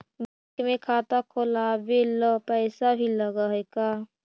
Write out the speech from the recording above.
Bank में खाता खोलाबे ल पैसा भी लग है का?